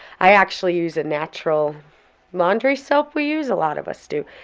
i actually use a natural laundry soap we use, a lot of us do.